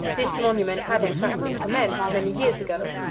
this monument had, in fact, been commenced many years ago,